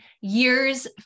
year's